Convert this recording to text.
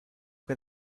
que